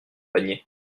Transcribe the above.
panier